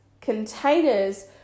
containers